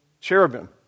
Cherubim